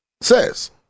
says